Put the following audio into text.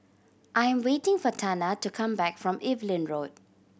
I am waiting for Tana to come back from Evelyn Road